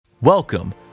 Welcome